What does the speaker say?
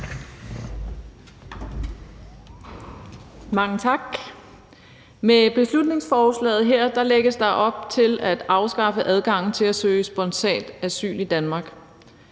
Mange tak. Med beslutningsforslaget her lægges der op til at afskaffe adgangen til at søge spontant asyl i Danmark.